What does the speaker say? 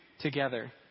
together